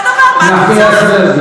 מותר לנו למחות.